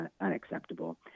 unacceptable